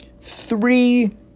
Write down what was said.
three